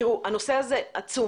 תראו, הנושא הזה עצום.